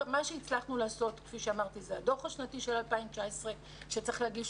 מה שהצלחנו לעשות זה השנתי של 2019 שצריך להגיש